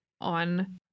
on